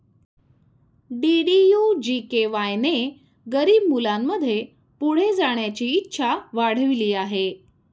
DDU GKY ने गरीब मुलांमध्ये पुढे जाण्याची इच्छा वाढविली आहे